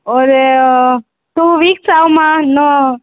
ஒரு two weeks ஆகும்மா இன்னும்